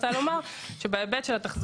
אני גם רוצה לומר שבהיבט של התחזוקה,